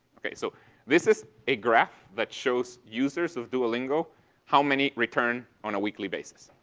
okay? so this is a graph that shows users of duolingo how many return on a weekly basis.